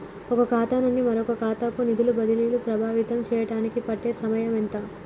ఒక ఖాతా నుండి మరొక ఖాతా కు నిధులు బదిలీలు ప్రభావితం చేయటానికి పట్టే సమయం ఎంత?